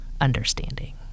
understanding